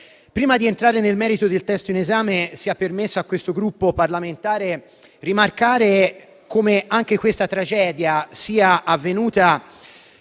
Prima di entrare nel merito del testo in esame, sia permesso al nostro Gruppo parlamentare di rimarcare come anche questa tragedia sia avvenuta